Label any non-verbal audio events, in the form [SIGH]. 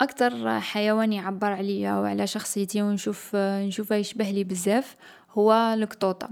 أكتر حيوان يعبّر عليا و على شخصيتي و نشوف [HESITATION] نشوفه يشبهلي بزاف، هو القطوطا.